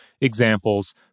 examples